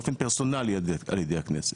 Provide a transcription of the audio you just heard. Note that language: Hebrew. באופן פרסונלי על ידי הכנסת.